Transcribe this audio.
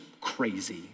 crazy